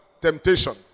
temptation